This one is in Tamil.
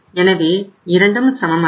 எனவே இரண்டும் சமம் அல்ல